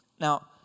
Now